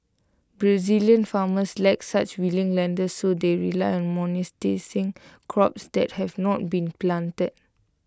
Brazilian farmers lack such willing lenders so they rely on monetising crops that have not been planted